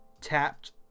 tapped